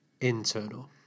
internal